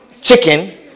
chicken